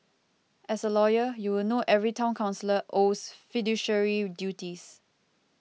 as a lawyer you will know every Town Councillor owes fiduciary duties